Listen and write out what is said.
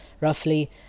roughly